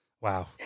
Wow